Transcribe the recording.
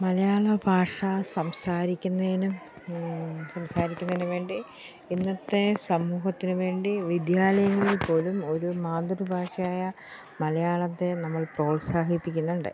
മലയാളഭാഷ സംസാരിക്കുന്നതിനും സംസാരിക്കുന്നതിനും വേണ്ടി ഇന്നത്തെ സമൂഹത്തിന് വേണ്ടി വിദ്യാലയങ്ങൾ പോലും ഒരു മാതൃഭാഷയായ മലയാളത്തെ നമ്മൾ പ്രോത്സാഹിപ്പിക്കുന്നുണ്ട്